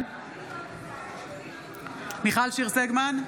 בעד מיכל שיר סגמן,